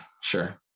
sure